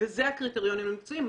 וזה הקריטריונים המקצועיים.